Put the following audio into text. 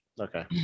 okay